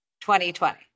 2020